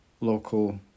local